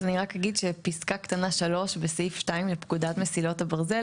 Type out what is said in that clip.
אז אני רק אגיד שפסקה קטנה (3) בסעיף 2 לפקודת מסילות הברזל